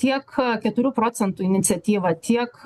tiek keturių procentų iniciatyva tiek